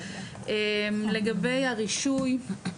לגבי הרישוי,